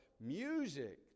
music